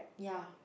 ya